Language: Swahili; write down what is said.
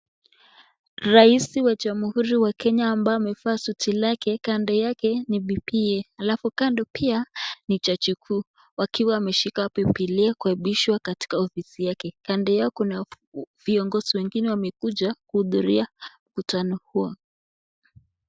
Rais wa Jamhuri ya Kenya ambaye amevaa suti lake, kando yake ni bibiye, alafu kando pia ni jaji mkuu akiwa ameshika Bibilia kuapishwa katika ofisi yake . Kando yake kuna viongozi wengine wamekuja kuhudhuria mkutano huo.